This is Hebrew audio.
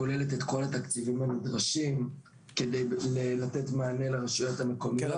היא כוללת את כל התקציבים הנדרשים כדי לתת מענה לרשויות המקומיות.